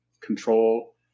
control